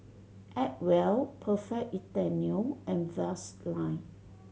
Acwell Perfect Italiano and Vaseline